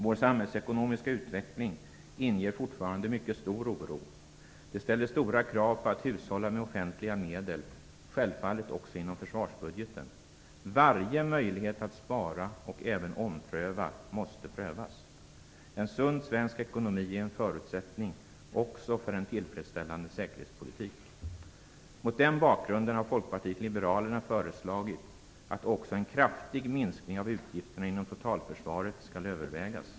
Vår samhällsekonomiska utveckling inger fortfarande mycket stor oro. Den ställer stora krav på att hushålla med offentliga medel, självfallet också inom försvarsbudgeten. Varje möjlighet att spara och även ompröva måste prövas. En sund svensk ekonomi är en förutsättning också för en tillfredsställande säkerhetspolitik. Mot den bakgrunden har Folkpartiet liberalerna föreslagit att också en kraftig minskning av utgifterna inom totalförsvaret skall övervägas.